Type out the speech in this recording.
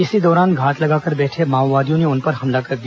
इसी दौरान घात लगाकर बैठे माओवादियों ने उन पर हमला कर दिया